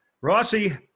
Rossi